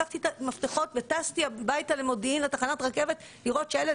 לקחתי את המפתחות וטסתי הביתה למודיעין לתחנת רכבת לראות שהילד,